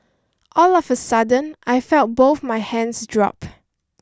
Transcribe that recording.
all of a sudden I felt both my hands drop